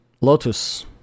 Lotus